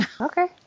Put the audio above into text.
Okay